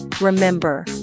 Remember